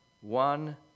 one